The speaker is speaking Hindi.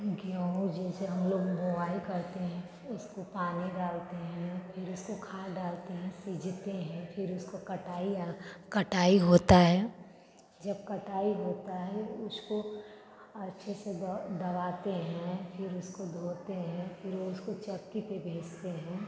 गेहूँ जैसे हम लोग बोआई करते हैं उसको पानी डालते हैं फिर उसको खाद डालते हैं सींचते हैं फिर उसको कटाई और कटाई होता है जब कटाई होता है उसको अच्छे से द दबाते हैं फिर उसको धोते हैं फिर उसको चक्की पर भेजते हैं